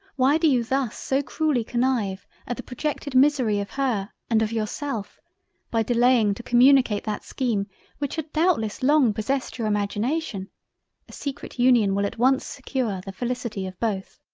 why do you thus so cruelly connive at the projected misery of her and of yourself by delaying to communicate that scheme which had doubtless long possessed your imagination? a secret union will at once secure the felicity of both.